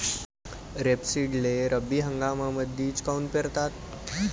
रेपसीडले रब्बी हंगामामंदीच काऊन पेरतात?